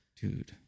Dude